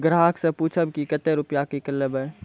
ग्राहक से पूछब की कतो रुपिया किकलेब?